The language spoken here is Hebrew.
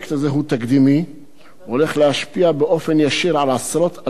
הוא הולך להשפיע באופן ישיר על עשרות אלפי אסירים במדינת ישראל.